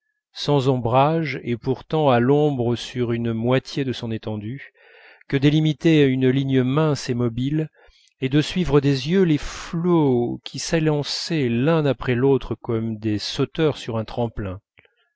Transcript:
sans ombrages et pourtant à l'ombre sur une moitié de son étendue que délimitait une ligne mince et mobile et de suivre des yeux les flots qui s'élançaient l'un après l'autre comme des sauteurs sur un tremplin